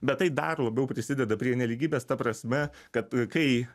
bet tai dar labiau prisideda prie nelygybės ta prasme kad kai